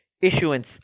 issuance